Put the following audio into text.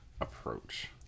approach